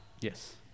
Yes